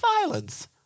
violence